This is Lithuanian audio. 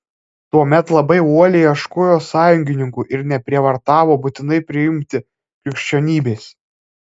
tuomet labai uoliai ieškojo sąjungininkų ir neprievartavo būtinai priimti krikščionybės